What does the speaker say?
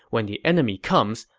when the enemy comes,